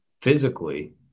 physically